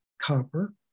copper